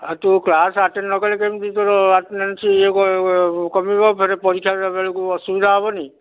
ଆରେ ତୁ class attend ନ କଲେ କେମିତି ତୋର ଆଟେଣ୍ଡାନ୍ସ୍ ଇଏ କମିବ ଫେର ପରୀକ୍ଷା ଦେଲା ବେଳକୁ ଅସୁବିଧା ହେବନି